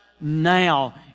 now